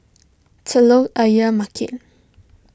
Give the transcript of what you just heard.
Telok Ayer Market